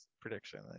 prediction